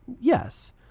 yes